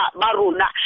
baruna